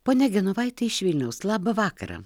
ponia genovaite iš vilniaus labą vakarą